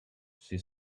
she